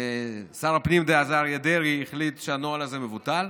שר הפנים דאז אריה דרעי החליט שהנוהל הזה מבוטל,